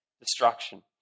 destruction